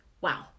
Wow